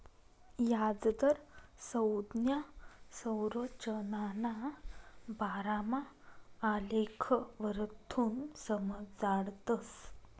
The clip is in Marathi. याजदर संज्ञा संरचनाना बारामा आलेखवरथून समजाडतस